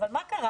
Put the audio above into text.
אבל מה קרה?